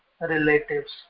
relatives